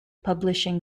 publishing